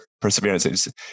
perseverance